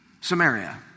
Samaria